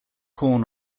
corn